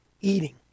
eating